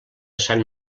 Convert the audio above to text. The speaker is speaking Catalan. sant